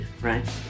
right